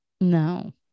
No